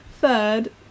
third